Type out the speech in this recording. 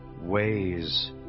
ways